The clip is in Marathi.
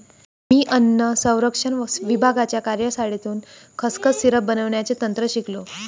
मी अन्न संरक्षण विभागाच्या कार्यशाळेतून खसखस सिरप बनवण्याचे तंत्र शिकलो